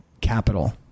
capital